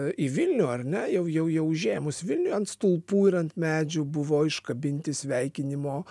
į vilnių ar ne jau jau užėmus vilnių ant stulpų ir ant medžių buvo iškabinti sveikinimo